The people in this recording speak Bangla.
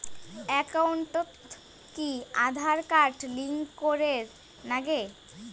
একাউন্টত কি আঁধার কার্ড লিংক করের নাগে?